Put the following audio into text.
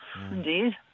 Indeed